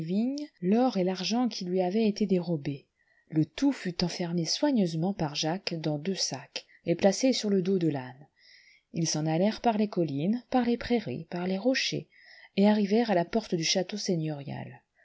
l'or et l'argent qui lui avaient été dérobés le tout fut enfermé soigneusement par jacques dans deux sacs et placé sur le dos de l'âne ils s'en allèrent par les collines par les prairies par les rochers et arrivèrent à la porte du château seigneurial